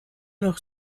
noch